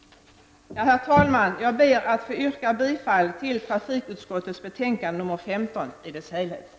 Herr talman! Jag ber att få yrka bifall till hemställan i dess helhet i trafikutskottets betänkande 15.